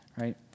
right